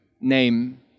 name